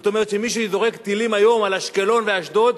זאת אומרת שמי שזורק טילים היום על אשקלון ואשדוד,